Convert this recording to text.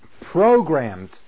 programmed